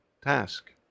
task